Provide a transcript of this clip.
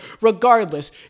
regardless